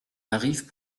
arrivent